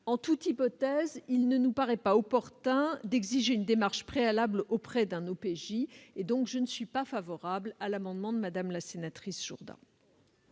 En toute hypothèse, il ne nous paraît pas opportun d'exiger une démarche préalable auprès d'un OPJ. C'est pourquoi je ne suis pas favorable à l'amendement de Mme la sénatrice Muriel